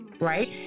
right